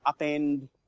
upend